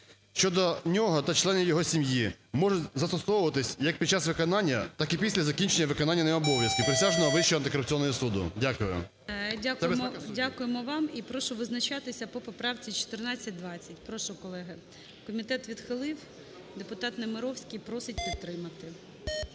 щодо нього та членів його сім'ї можуть застосовуватись як під час виконання, так і після закінчення виконання ним обов'язків присяжного Вищого антикорупційного суду". Дякую. ГОЛОВУЮЧИЙ. Дякуємо вам. І прошу визначатися по поправці 1420. Прошу, колеги. Комітет відхилив. Депутат Немировський просить підтримати.